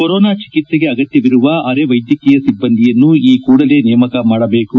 corona ಚಿಕಿತ್ಸೆಗೆ ಅಗತ್ಯವಿರುವ ಅರೆವೈದ್ಯಕೀಯ ಸಿಬ್ಬಂದಿಯನ್ನು ಈ ಕೂಡಲೇ ನೇಮಕ ಮಾಡಬೇಕು